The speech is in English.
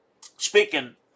Speaking